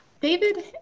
David